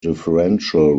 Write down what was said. differential